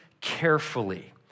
carefully